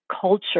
culture